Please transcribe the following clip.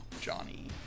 Johnny